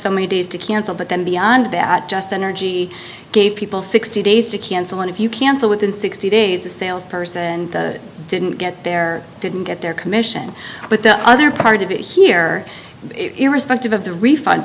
so many days to cancel but then beyond that just energy gave people sixty days to cancel and if you cancel within sixty days the sales person didn't get there didn't get their commission but the other part of it here irrespective of the refund